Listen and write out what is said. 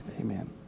amen